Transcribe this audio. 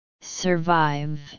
Survive